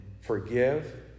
forgive